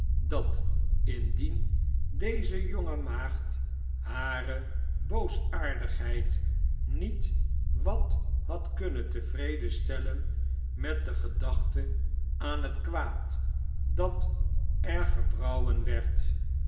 dat indien deze jonge maagd hare boosaardigheid niet wat had kunnen tevreden stellen met de gedachte aan het kwaad tfat er gebrouwen werd